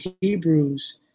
Hebrews